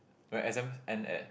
my exams end at